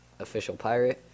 officialpirate